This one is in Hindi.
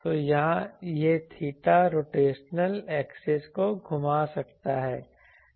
तो यहाँ यह थीटा रोटेशनल एक्सिस को घुमा सकता है